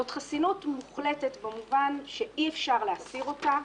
זאת חסינות מוחלטת במובן שאי-אפשר להסיר אותה,